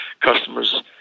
customers